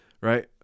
right